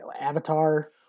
Avatar